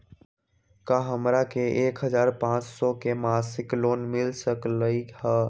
का हमरा के एक हजार पाँच सौ के मासिक लोन मिल सकलई ह?